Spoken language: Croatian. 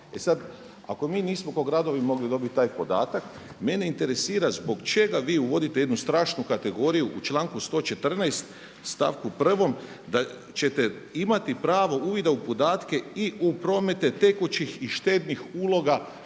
E sada ako mi nismo kao gradovi mogli dobiti taj podatak, mene interesira zbog čega vi uvodite jednu strašnu kategoriju u članku 114. stavku 1. da ćete imati pravo uvida u podatke i u promete tekućih i štednih uloga